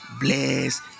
bless